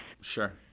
Sure